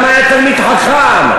גם היה תלמיד חכם,